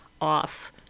off